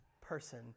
person